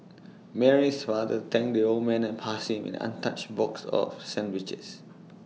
Mary's father thanked the old man and passed him an untouched box of sandwiches